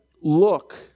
look